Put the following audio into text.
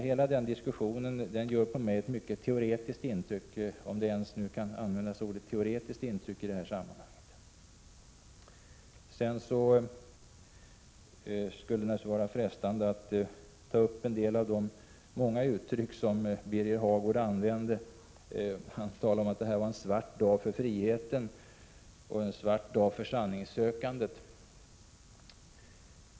Hela den diskussionen gör på mig ett mycket teoretiskt intryck — om det ordet över huvud taget kan användas i sammanhanget. Det skulle naturligtvis också vara frestande att ta upp en del av de många uttryck som Birger Hagård använde. Han kallade det här en svart dag för friheten och en svart dag för sanningssökandet.